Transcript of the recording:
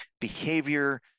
behavior